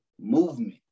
movement